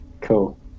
cool